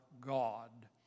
God